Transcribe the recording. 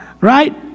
right